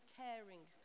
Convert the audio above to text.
caring